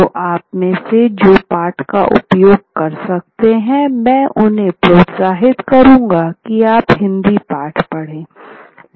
तो आप में से जो पाठ का उपयोग कर सकते हैं मैं उन्हें प्रोत्साहित करूँगा कि आप हिंदी पाठ पढ़ें